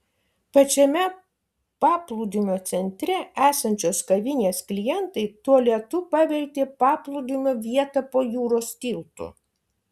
pačiame paplūdimio centre esančios kavinės klientai tualetu pavertė paplūdimio vietą po jūros tiltu